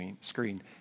screen